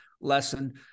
lesson